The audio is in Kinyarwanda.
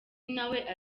nawe